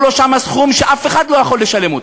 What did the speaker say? לו שם סכום שאף אחד לא יכול לשלם אותו.